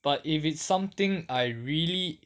but if it's something I really